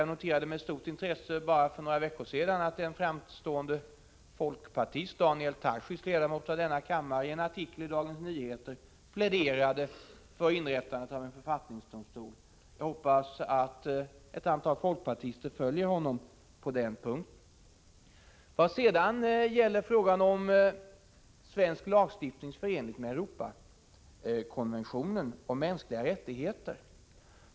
Jag noterade med stort intresse att en framstående folkpartist och ledamot av kammaren, Daniel Tarschys, för bara några veckor sedan i en artikel i Dagens Nyheter pläderade för inrättandet av en författningsdomstol. Jag hoppas att ett antal folkpartister följer honom på denna punkt. Jag tycker att Olle Svensson inte är tillfredsställande klar när det gäller frågan om svensk lagstiftnings förenlighet med Europakonventionen om mänskliga rättigheter.